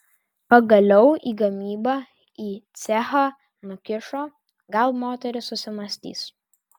pagaliau į gamybą į cechą nukišo gal moteris susimąstys